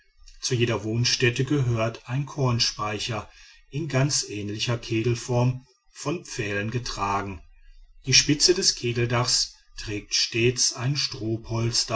zu jeder wohnstätte gehört ein kornspeicher in ganz ähnlicher kegelform von pfählen getragen die spitze des kegeldachs trägt stets ein